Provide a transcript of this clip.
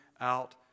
out